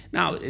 Now